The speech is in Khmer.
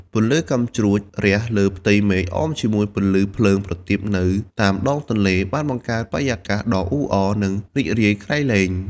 ពន្លឺកាំជ្រួចរះលើផ្ទៃមេឃអមជាមួយពន្លឺភ្លើងប្រទីបនៅតាមដងទន្លេ បានបង្កើតបរិយាកាសដ៏អ៊ូអរ និងរីករាយក្រៃលែង។